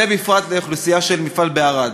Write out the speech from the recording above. ובפרט לאוכלוסייה של המפעל בערד.